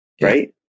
right